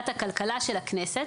הכלכלה של הכנסת,